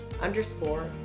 underscore